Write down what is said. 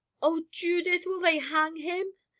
oh, judith! will they hang him?